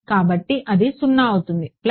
కాబట్టి అది 0 అవుతుంది ప్లస్